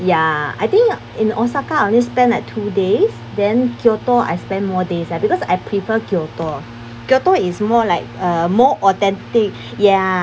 ya I think in osaka I only spent like two days then kyoto I spend more days because I prefer kyoto kyoto is more like uh more authentic ya